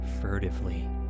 Furtively